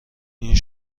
این